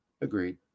Agreed